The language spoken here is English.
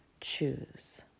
choose